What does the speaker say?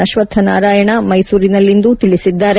ಅಶ್ವತ್ ನಾರಾಯಣ ಮೈಸೂರಿನಲ್ಲಿಂದು ಹೇಳಿದ್ದಾರೆ